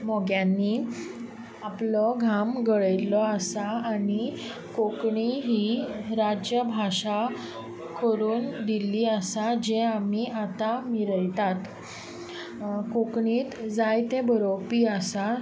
मोग्यांनी आपलो घाम घळयिल्लो आसा आनी कोंकणी ही राज्य भाशा करून दिल्ली आसा जी आमी आतां मिरयतात कोंकणींत जायते बरोवपी आसा